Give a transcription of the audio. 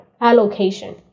allocation